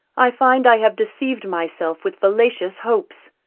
i find i have deceived myself with fallacious hopes.